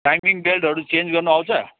timing बेल्टहरू change गर्नु आउँछ